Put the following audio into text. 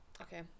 Okay